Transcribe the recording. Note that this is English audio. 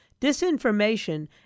Disinformation